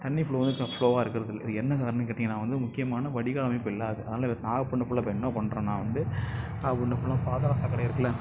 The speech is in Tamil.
தண்ணி ஃப்ளோ வந்து ஃப்ளோவாக இருக்குகிறது இல்லை அது என்ன காரணம்னு கேட்டீங்கன்னா வந்து முக்கியமான வடிகால் அமைப்பு இல்லாததுனாலே நாகப்பட்டினம் ஃபுல்லா இப்போ என்ன பண்ணுறோம்னா வந்து நாகப்பட்டினம் ஃபுல்லா பாதாள சாக்கடை இருக்குதுல்ல